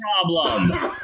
problem